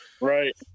right